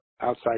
outside